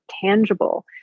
tangible